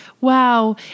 wow